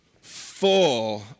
full